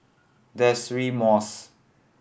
Deirdre Moss